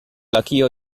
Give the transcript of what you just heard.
luckier